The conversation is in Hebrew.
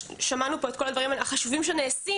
שמענו פה את כל הדברים החשובים שנעשים,